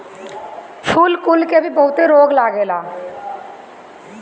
फूल कुल के भी बहुते रोग लागेला